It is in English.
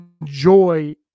enjoy